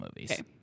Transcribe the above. movies